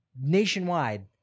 nationwide